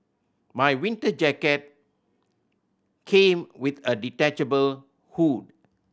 my winter jacket came with a detachable hood